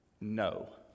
no